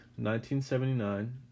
1979